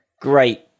Great